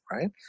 right